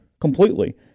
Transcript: Completely